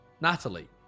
Natalie